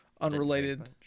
unrelated